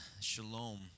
shalom